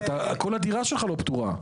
כי אתה, כל הדירה שלך לא פטורה.